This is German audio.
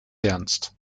ernst